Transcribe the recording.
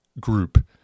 group